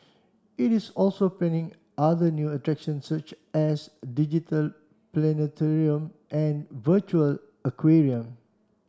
it is also planning other new attractions such as a digital planetarium and a virtual aquarium